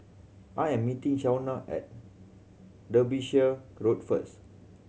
I am meeting Shawna at Derbyshire Road first